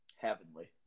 heavenly